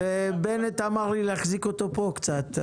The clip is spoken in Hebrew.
בנט אמר לי להחזיק אותו פה קצת.